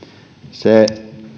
se